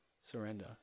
surrender